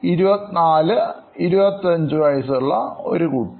24 25 വയസ്സുള്ള ഒരു കുട്ടി